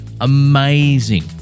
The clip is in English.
Amazing